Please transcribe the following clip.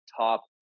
top